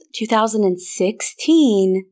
2016